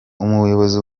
umuyobozi